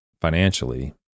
financially